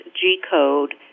G-code